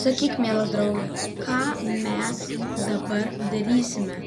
sakyk mielas drauge ką mes dabar darysime